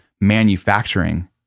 manufacturing